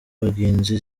bagenzi